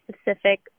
specific